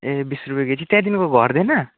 ए बिस रुपियाँ केजी त्यहाँदेखिको घट्दैन